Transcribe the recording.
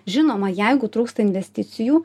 žinoma jeigu trūksta investicijų